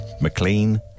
McLean